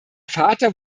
vater